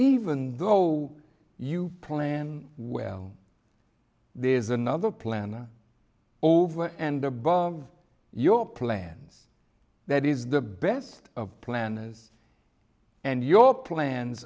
even though you plan well there's another plan over and above your plans that is the best of planners and your plans